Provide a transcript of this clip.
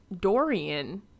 Dorian